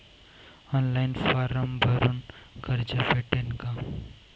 Online form भरून कर्ज भेटन का?